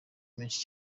menshi